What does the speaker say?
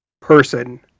person